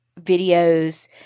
videos